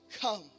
come